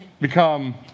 become